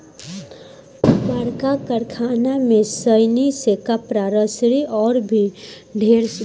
बड़का कारखाना में सनइ से कपड़ा, रसरी अउर भी ढेरे कुछ बनावेला